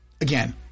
again